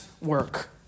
work